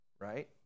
right